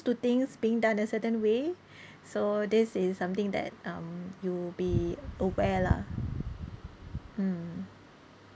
to things being done a certain way so this is something that um you be aware lah mm